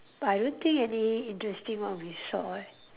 I don't think any interesting one we saw eh